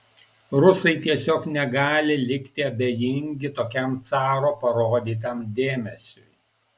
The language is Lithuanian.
rusai tiesiog negali likti abejingi tokiam caro parodytam dėmesiui